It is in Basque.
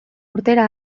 urtera